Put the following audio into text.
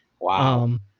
wow